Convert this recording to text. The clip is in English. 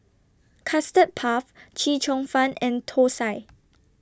Custard Puff Chee Cheong Fun and Thosai